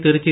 Trichy